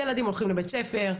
ילדים הולכים לבית ספר,